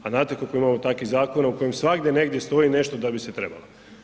A znate koliko imamo takvih zakona u kojem svagdje negdje stoji nešto da bi se trebalo.